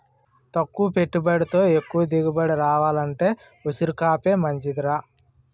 తక్కువ పెట్టుబడితో ఎక్కువ దిగుబడి రావాలంటే ఉసిరికాపే మంచిదిరా